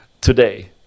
today